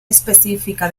específica